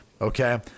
okay